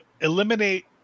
eliminate